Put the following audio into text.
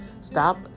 Stop